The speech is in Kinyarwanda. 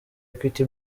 equity